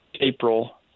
April